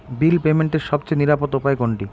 বিল পেমেন্টের সবচেয়ে নিরাপদ উপায় কোনটি?